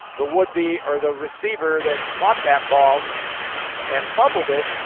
the would be, or the receiver that caught that ball and fumbled it,